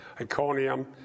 Iconium